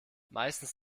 meistens